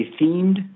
themed